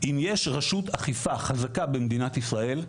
אם יש רשות אכיפה חזקה במדינת ישראל,